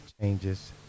changes